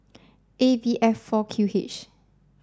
A B F four Q H